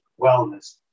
wellness